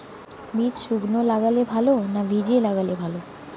বীজ শুকনো লাগালে ভালো না ভিজিয়ে লাগালে ভালো?